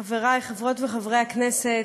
חברי חברות וחברי הכנסת,